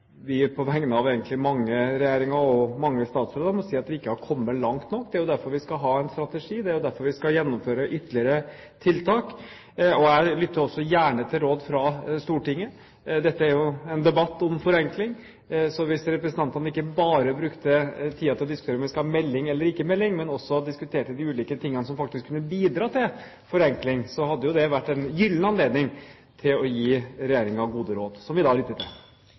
at vi på vegne av egentlig mange regjeringer og mange statsråder må si at vi ikke har kommet langt nok. Det er jo derfor vi skal ha en strategi. Det er derfor vi skal gjennomføre ytterligere tiltak, og jeg lytter også gjerne til råd fra Stortinget. Dette er jo en debatt om forenkling, så hvis representantene ikke bare brukte tiden til å diskutere om vi skal ha en melding eller ikke melding, men også diskuterte de ulike tingene som faktisk kunne bidra til forenkling, hadde jo det vært en gyllen anledning til å gi regjeringen gode råd, som vi da vil lytte til.